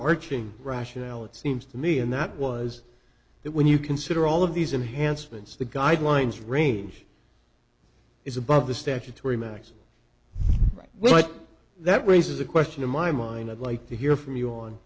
arching rationale it seems to me and that was that when you consider all of these enhanced once the guidelines range is above the statutory max well that raises a question in my mind i'd like to hear from you on